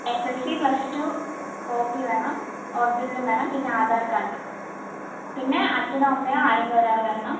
S S L C plus two copy വേണം ഒറിജിനലും വേണം പിന്നെ ആധാർ കാർഡ് പിന്നെ അച്ഛനോ അമ്മയോ ആരെങ്കിലും ഒരാൾ വരണം